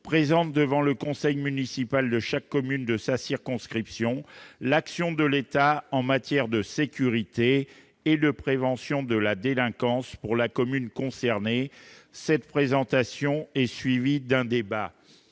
présente devant le conseil municipal de chaque commune de sa circonscription, l'action de l'État en matière de sécurité et de prévention de la délinquance pour la commune concernée cette présentation est suivie d'un débat,